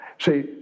See